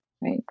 right